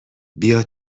بیا